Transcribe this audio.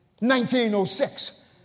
1906